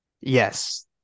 yes